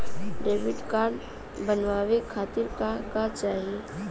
Debit card बनवावे खातिर का का चाही?